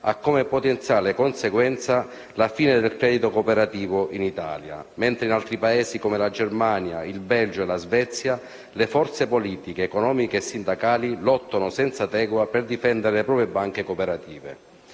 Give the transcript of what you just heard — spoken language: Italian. ha come potenziale conseguenza la fine del credito cooperativo in Italia, mentre in altri Paesi, come la Germania, il Belgio e la Svezia, le forze politiche, economiche e sindacali lottano senza tregua per difendere le proprie banche cooperative.